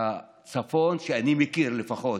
הצפון שאני מכיר לפחות,